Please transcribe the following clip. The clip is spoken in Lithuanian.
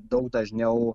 daug dažniau